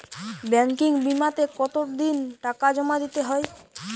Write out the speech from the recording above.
Banking বিমাতে কত দিন টাকা জমা দিতে হয়?